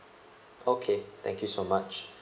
okay thank you so much